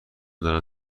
دارم